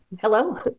Hello